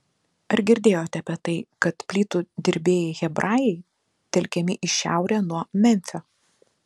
ar girdėjote apie tai kad plytų dirbėjai hebrajai telkiami į šiaurę nuo memfio